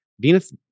venus